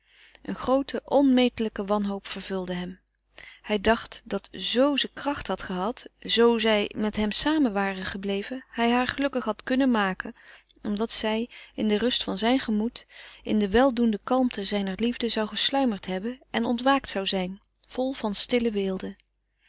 een groote onmetelijke wanhoop vervulde hem hij dacht dat zo ze kracht hadde gehad zo zij met hem samen was gebleven hoe hij haar gelukkig had kunnen maken omdat zij in de rust van zijn gemoed in de weldoende kalmte zijner liefde zou gesluimerd hebben en ontwaakt zou zijn vol van stille weelde